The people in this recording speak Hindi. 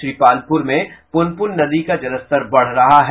श्रीपालपुर में पुनपुन नदी का जलस्तर बढ़ रहा है